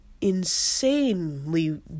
insanely